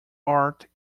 art